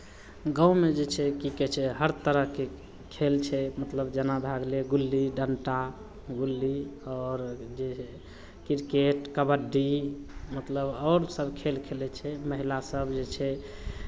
गाँवमे जे छै की कहै छै हर तरहके खेल छै मतलब जेना भए गेलै गुल्ली डण्टा गुल्ली आओर जे क्रिकेट कबड्डी मतलब आओरसभ खेल खेलै छै महिलासभ जे छै